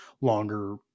longer